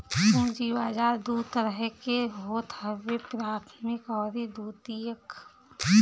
पूंजी बाजार दू तरह के होत हवे प्राथमिक अउरी द्वितीयक